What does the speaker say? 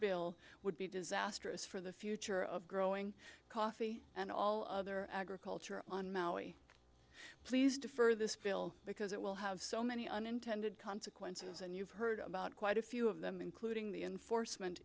bill would be disastrous for the future of growing coffee and all other agriculture on maui please defer this bill because it will have so many unintended consequences and you've heard about quite a few of them including the enforcement